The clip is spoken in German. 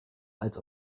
als